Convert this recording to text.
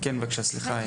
כן, בבקשה, סליחה.